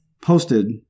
posted